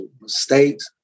mistakes